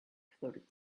floated